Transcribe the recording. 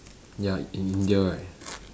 ya in india right